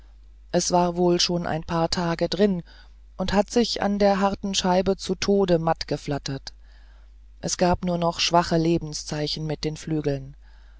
es war wohl schon ein paar tage drin und hatte sich an der harten scheibe zu tode mattgeflattert es gab nur noch schwache lebenszeichen mit den flügeln